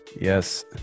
Yes